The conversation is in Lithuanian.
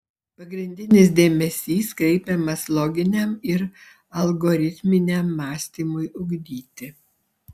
pagrindinis dėmesys kreipiamas loginiam ir algoritminiam mąstymui ugdyti